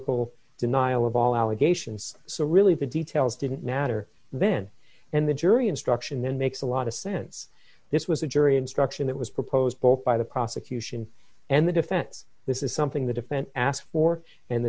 al denial of all allegations so really the details didn't matter then and the jury instruction then makes a lot of sense this was a jury instruction that was proposed both by the prosecution and the defense this is something the defense asked for and the